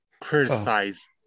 criticize